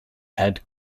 head